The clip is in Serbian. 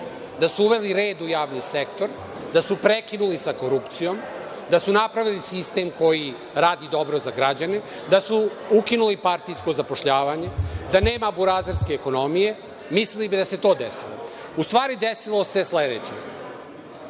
da su uveli red u javni sektor, da su prekinuli sa korupcijom, da su napravili sistem koji radi dobro za građane, da su ukinuli partijsko zapošljavanje, da nema burazerske ekonomije, mislili bi da se to desilo.U stvari desilo se sledeće,